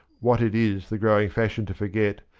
what it is the growing fashion to forget,